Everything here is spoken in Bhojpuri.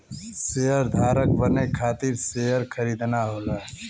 शेयरधारक बने खातिर शेयर खरीदना होला